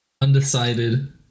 undecided